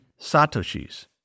satoshis